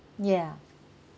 ya